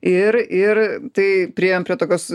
ir ir tai priėjom prie tokios